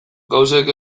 gauzek